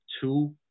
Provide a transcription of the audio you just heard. two